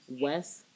West